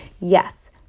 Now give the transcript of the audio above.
yes